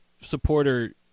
supporter